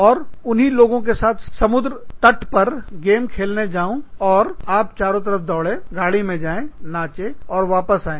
और उन्हीं लोगों के साथ समुद्र तट पर गेम खेलने जाऊँ और आप चारों तरफ दौड़े गाड़ी में जाएं नाचे और वापस आ जाए